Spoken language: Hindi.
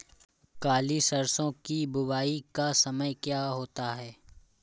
काली सरसो की बुवाई का समय क्या होता है?